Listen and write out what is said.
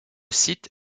site